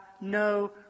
no